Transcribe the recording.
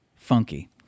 funky